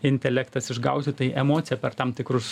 intelektas išgauti tai emociją per tam tikrus